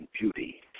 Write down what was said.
beauty